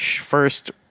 First